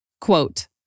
Quote